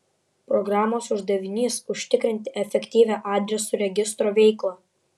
programos uždavinys užtikrinti efektyvią adresų registro veiklą